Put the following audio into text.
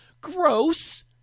Gross